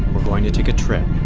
we're going to take a trip.